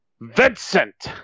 Vincent